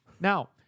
Now